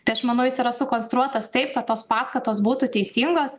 tai aš manau jis yra sukonstruotas taip kad tos paskatos būtų teisingos